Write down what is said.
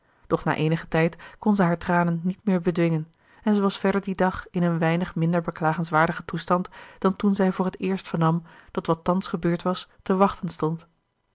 doch na eenigen tijd kon zij hare tranen niet meer bedwingen en zij was verder dien dag in een weinig minder beklagenswaardigen toestand dan toen zij voor het eerst vernam dat wat thans gebeurd was te wachten stond